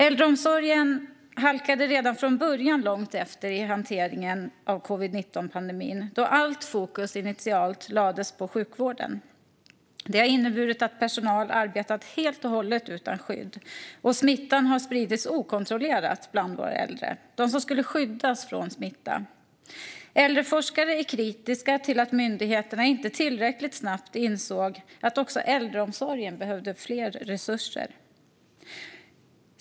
Äldreomsorgen halkade redan från början långt efter i hanteringen av covid-19-pandemin då allt fokus initialt lades på sjukvården. Det har inneburit att personal har arbetat helt och hållet utan skydd, och smittan har spridits okontrollerat bland våra äldre, som var de som skulle skyddas från smitta. Äldreforskare är kritiska till att myndigheterna inte tillräckligt snabbt insåg att också äldreomsorgen behövde mer resurser.